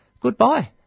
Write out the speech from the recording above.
goodbye